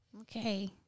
Okay